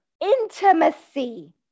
intimacy